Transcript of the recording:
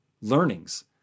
learnings